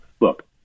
look